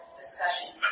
discussion